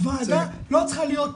הוועדה לא צריכה להיות פה.